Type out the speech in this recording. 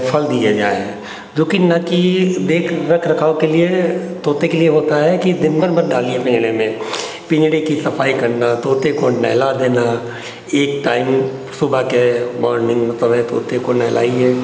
फल दिए जाएँ जोकि न कि देख रखरखाव के लिए तोते के लिए होता है कि दिनभर मत डालिए पिन्जरे में पिन्जरे की सफ़ाई करना तोते को नहला देना एक टाइम सुबह के मॉर्निन्ग मतलब है तोते को नहलाइए